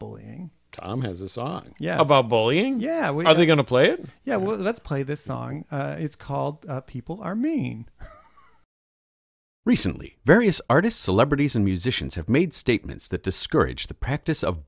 bullying has a song yeah about bullying yeah when are they going to play it yeah let's play this song it's called people are mean recently various artists celebrities and musicians have made statements that discourage the practice of